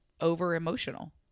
over-emotional